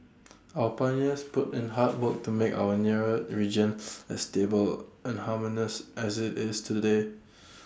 our pioneers put in hard work to make our nearer region as stable and harmonious as IT is today